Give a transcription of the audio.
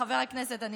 חבר הכנסת אליהו,